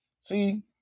See